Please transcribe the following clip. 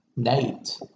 night